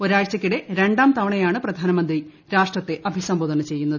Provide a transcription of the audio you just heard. ഒരാഴ്ചയ്ക്കിടെ രണ്ടാം തവണയാണ് പ്രധാനമന്ത്രി രാഷ്ട്രത്തെ അഭിസംബോധന ചെയ്യുന്നത്